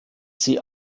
sie